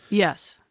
yes,